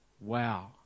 Wow